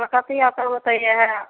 तऽ कथी हइ तऽ ओतहिए हइ